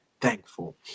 thankful